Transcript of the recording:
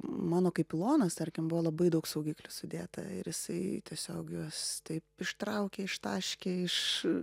mano kaip ilonos tarkim buvo labai daug saugiklių sudėta ir jisai tiesiog juos taip ištraukė ištaškė iš